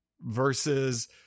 versus